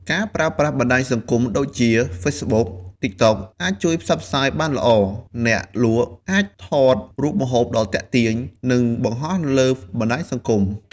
ការប្រើប្រាស់បណ្ដាញសង្គមដូចជា ហ្វេសបុក (Facebook), តិកតុក (TikTok) អាចជួយផ្សព្វផ្សាយបានល្អ អ្នកលក់អាចថតរូបម្ហូបដ៏ទាក់ទាញ និងបង្ហោះនៅលើបណ្ដាញសង្គម។